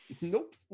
Nope